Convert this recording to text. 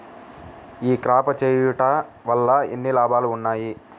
ఈ క్రాప చేయుట వల్ల ఎన్ని లాభాలు ఉన్నాయి?